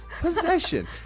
possession